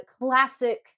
classic